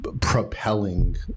propelling